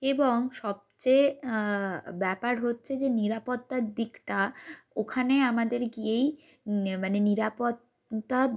এবং সবচেয়ে ব্যাপার হচ্ছে যে নিরাপত্তার দিকটা ওখানে আমাদের গিয়েই নিয়া মানে নিরাপত্তা